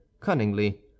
cunningly